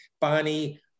Bonnie